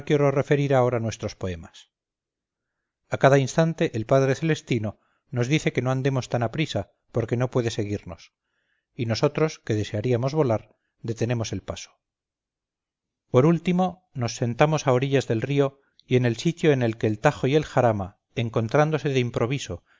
quiero referir ahora nuestros poemas a cada instante el padre celestino nos dice que no andemos tan aprisa porque no puede seguirnos y nosotros que desearíamos volar detenemos el paso por último nos sentamos a orillas del río y en el sitio en que el tajo y el jarama encontrándose de improviso y